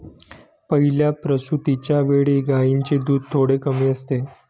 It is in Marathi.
पहिल्या प्रसूतिच्या वेळी गायींचे दूध थोडे कमी असते